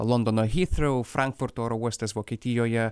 londono hyfrou frankfurto oro uostas vokietijoje